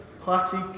Classic